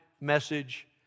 Message